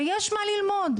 ויש מה ללמוד.